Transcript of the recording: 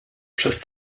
przez